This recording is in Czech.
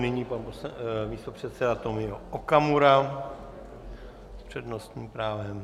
Nyní pan místopředseda Tomio Okamura s přednostním právem.